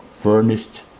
furnished